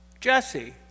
Jesse